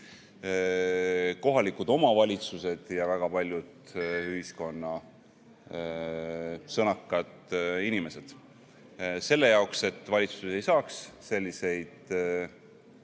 kohalikud omavalitsused ja väga paljud ühiskonnas sõnakad inimesed. Selleks, et valitsus ei saaks selliseid